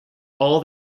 all